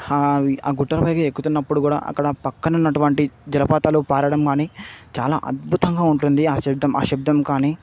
హా గుట్టలపైకి ఎక్కుతున్నప్పుడు కూడా అక్కడ పక్కనున్నటువంటి జలపాతాలు పారడం కాని చాలా అద్భుతంగా ఉంటుంది శబ్దం శబ్దం కాని